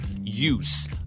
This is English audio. use